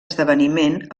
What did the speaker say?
esdeveniment